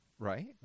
Right